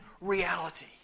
reality